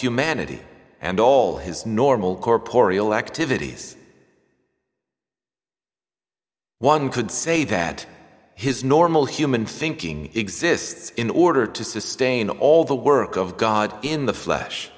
humanity and all his normal corp oriel activities one could say that his normal human thinking exists in order to sustain all the work of god in the flesh